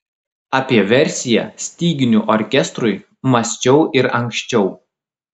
apie versiją styginių orkestrui mąsčiau ir anksčiau